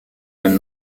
ein